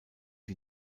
die